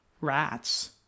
rats